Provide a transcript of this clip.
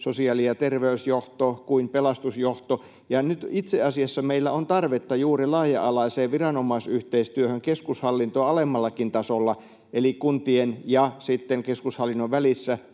sosiaali‑ ja terveysjohto kuin pelastusjohtokin. Nyt itse asiassa meillä on tarvetta juuri laaja-alaiseen viranomaisyhteistyöhön keskushallintoa alemmallakin tasolla eli alueellisella tasolla kuntien ja keskushallinnon välissä.